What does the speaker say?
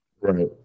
Right